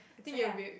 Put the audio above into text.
so ya